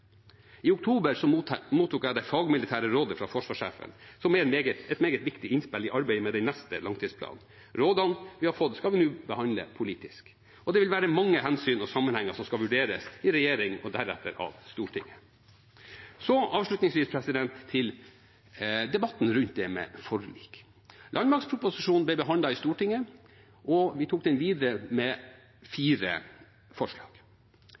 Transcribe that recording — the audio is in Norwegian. I oktober mottok jeg det fagmilitære rådet fra forsvarssjefen, som er et meget viktig innspill i arbeidet med den neste langtidsplanen. Rådene vi har fått, skal vi nå behandle politisk, og det vil være mange hensyn og sammenhenger som skal vurderes i regjering og deretter av Stortinget. Så avslutningsvis til debatten rundt forlik: Landmaktproposisjonen ble behandlet i Stortinget, og vi tok den videre med fire forslag: